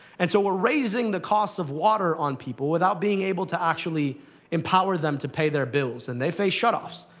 and so we're raising the cost of water on people without being able to actually empower them to pay their bills. and they face shutoffs.